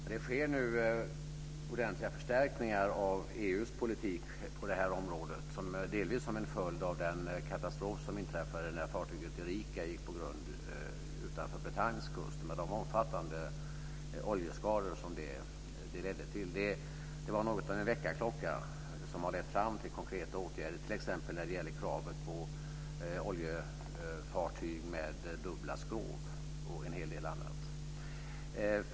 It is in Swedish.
Fru talman! Det sker nu ordentliga förstärkningar av EU:s politik på området, delvis som en följd av den katastrof som inträffade när fartyget Erika gick på grund utanför Bretagnes kust och med de omfattande oljeskador som det ledde till. Det var något av en väckarklocka som har lett fram till konkreta åtgärder, t.ex. när det gäller kravet på dubbla skrov på oljefartyg och en hel del annat.